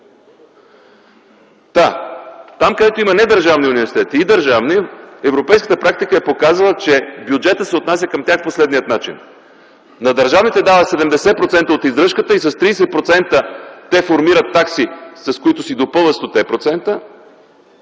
Там, където има недържавни университети и държавни, европейската практика е показала, че бюджетът се отнася към тях по следния начин – на държавните дава 70% от издръжката и с 30% те формират такси, с които си допълват 100-те процента,